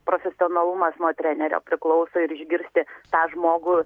profesionalumas nuo trenerio priklauso ir išgirsti tą žmogų